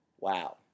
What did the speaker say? Wow